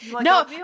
No